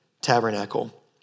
tabernacle